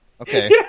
Okay